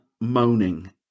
moaning